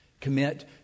Commit